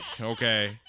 Okay